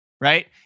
right